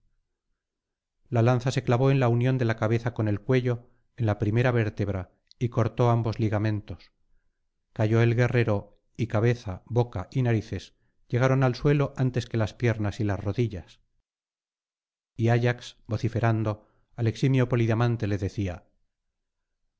la lanza se clavó en la unión de la cabeza con el cuello en la primera vértebra y cortó ambos ligamentos cayó el guerrero y cabeza boca y narices llegaron al suelo antes que las piernas y las rodillas y ayax vociferando al eximio polidamante le decía